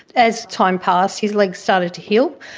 as time passed his leg started to heal,